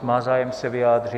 Má zájem se vyjádřit?